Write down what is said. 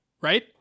right